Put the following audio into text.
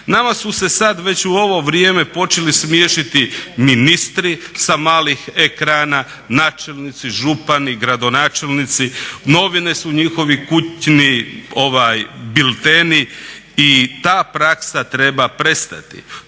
Nama su se sad već u ovo vrijeme počeli smiješiti ministri sa malih ekrana, načelnici, župani, gradonačelnici, novine su njihovi kućni bilteni i ta praksa treba prestati.